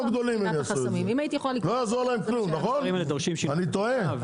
לא יעזור להם כלום, אני טועה?